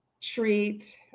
treat